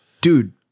Dude